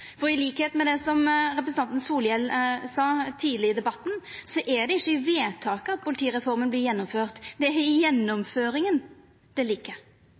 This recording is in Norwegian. for gjennomføringa av politireforma. Slik òg representanten Solhjell sa tidlegare i debatten, er det ikkje ved vedtaka at politireforma vert gjennomført. Det er i gjennomføringa det ligg.